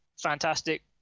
fantastic